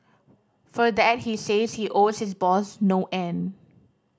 for that he says he owes his boss no end